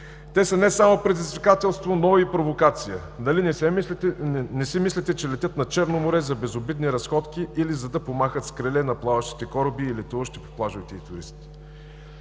Те са не само предизвикателство, но и провокация. Нали не си мислите, че летят над Черно море за безобидни разходки, или за да помахат с криле на плаващите кораби и летуващите по плажовете туристи?“